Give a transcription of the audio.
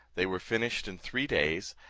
they were finished in three days,